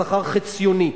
שכר חציוני.